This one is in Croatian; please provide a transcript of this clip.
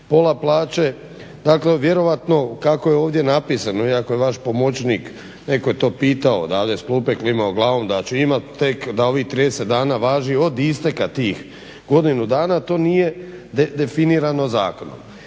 pola plaće, dakle vjerojatno kako je ovdje napisano iako je vaš pomoćnik, netko je to pitao odavde s klupe, klimao glavom da će imati tek da ovih 30 dana važi od isteka tih godinu dana to nije definirano zakonom.